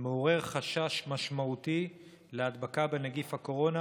מעורר חשש משמעותי להדבקה בנגיף הקורונה